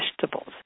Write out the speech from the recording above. vegetables